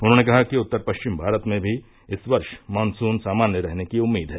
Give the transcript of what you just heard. उन्होंने कहा कि उत्तर परिचम भारत में भी इस वर्ष मानसून सामान्य रहने की उम्मीद है